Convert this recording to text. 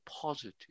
positive